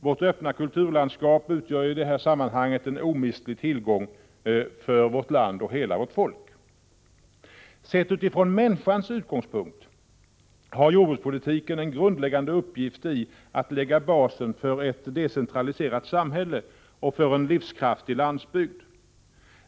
Vårt öppna kulturlandskap utgör i detta sammanhang en omistlig tillgång för vårt land och hela vårt folk. Sett från människans utgångspunkt har jordbrukspolitiken en grundläggande uppgift i att lägga basen för ett decentraliserat samhälle och en livskraftig landsbygd.